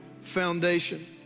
foundation